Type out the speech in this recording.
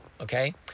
Okay